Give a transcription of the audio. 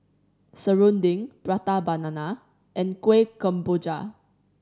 serunding Prata Banana and Kueh Kemboja